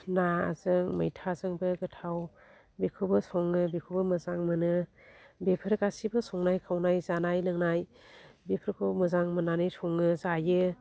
नाजों मैथाजोंबो गोथाव बेखौबो सङो बेखौबो मोजां मोनो बेफोर गासिबो संनाय खावनाय जानाय लोंनाय बेफोरखौ मोजां मोन्नानै सङो जायो